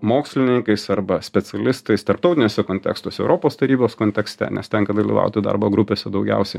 mokslininkais arba specialistais tarptautiniuose kontekstuose europos tarybos kontekste nes tenka dalyvauti darbo grupėse daugiausiai